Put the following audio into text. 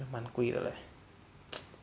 蛮贵的 leh